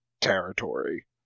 territory